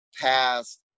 past